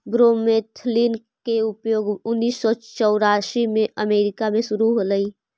bromethalin के उपयोग उन्नीस सौ चौरासी में अमेरिका में शुरु होलई